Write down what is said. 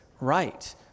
right